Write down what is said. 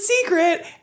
secret